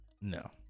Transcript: No